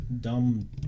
dumb